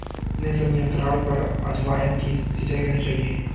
कितने समयांतराल पर अजवायन की सिंचाई करनी चाहिए?